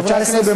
חברי הכנסת.